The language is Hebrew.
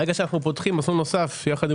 ברגע שאנו פותחים מסלול נוסף יחד עם